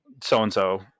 so-and-so